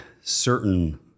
certain